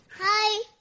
Hi